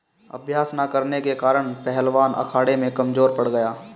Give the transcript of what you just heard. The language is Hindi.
अभ्यास न करने के कारण पहलवान अखाड़े में कमजोर पड़ गया